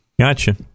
gotcha